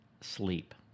sleep